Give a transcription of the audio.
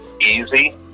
easy